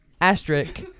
Asterisk